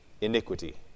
iniquity